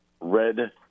red